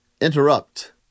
interrupt